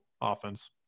offense